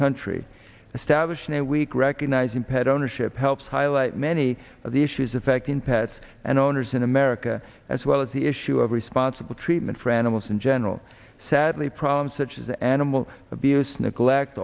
country establishing a week recognizing pet ownership helps highlight many of the issues affecting pets and owners in america as well as the issue of responsible treatment frenemies in general sadly problems such as animal abuse neglect